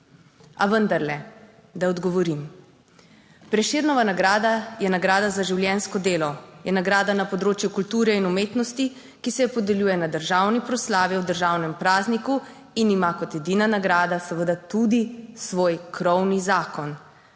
A vendarle, da odgovorim: Prešernova nagrada je nagrada za življenjsko delo, je nagrada na področju kulture in umetnosti, ki se jo podeljuje na državni proslavi ob državnem prazniku in ima kot edina nagrada seveda tudi svoj krovni zakon.